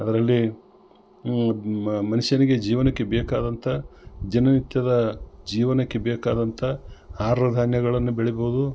ಅದರಲ್ಲಿ ಮನುಷ್ಯನಿಗೆ ಜೀವನಕ್ಕೆ ಬೇಕಾದಂಥ ದಿನನಿತ್ಯದ ಜೀವನಕ್ಕೆ ಬೇಕಾದಂಥ ಅರೋ ಧಾನ್ಯಗಳನ್ನು ಬೆಳಿಬೊದು